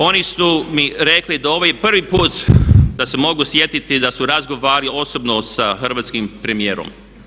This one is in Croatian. Oni su mi rekli da ovo je prvi put da se mogu sjetiti da su razgovarali osobno sa hrvatskim premijerom.